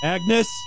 Agnes